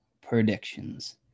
predictions